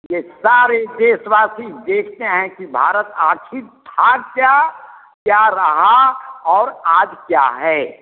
यह सारे देशवासी देखते हैं कि भारत आखिर था क्या क्या रहा और आज क्या है